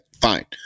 fine